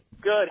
Good